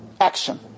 action